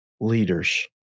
leaders